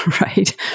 right